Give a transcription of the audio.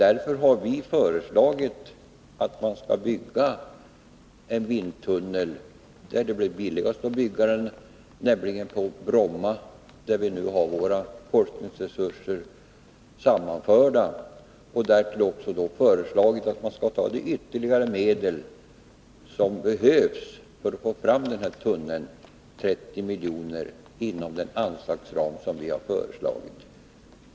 Därför har vi föreslagit att man skall bygga en sådan vindtunnel där det blir billigast att göra det, nämligen på Bromma, där vi nu har våra i denna fråga aktuella forskningsresurser sammanförda. Därtill har vi sagt att man skall ta de ytterligare medel som behövs för att få fram tunneln, 30 miljoner, inom den anslagsram som vi har föreslagit.